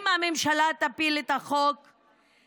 אם הממשלה תפיל את החוק,